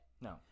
no